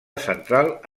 central